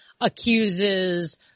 accuses